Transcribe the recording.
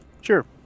Sure